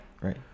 right